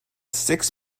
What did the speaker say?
six